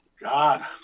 God